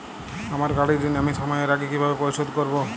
আমার গাড়ির ঋণ আমি সময়ের আগে কিভাবে পরিশোধ করবো?